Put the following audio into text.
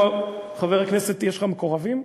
חבר הכנסת טיבי, יש לך מקורבים?